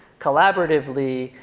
collaboratively.